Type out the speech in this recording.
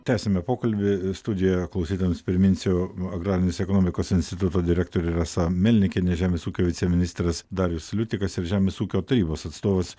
tęsiame pokalbį ir studijoje klausytojams priminsiu agrarinės ekonomikos instituto direktorė rasa melnikienė žemės ūkio viceministras darius liutikas ir žemės ūkio tarybos atstovas